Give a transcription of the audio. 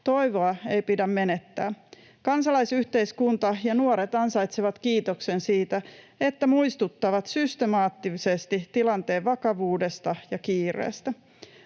Toivoa ei pidä menettää. Kansalaisyhteiskunta ja nuoret ansaitsevat kiitoksen siitä, että muistuttavat systemaattisesti tilanteen vakavuudesta ja kiireestä.